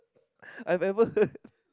I've ever heard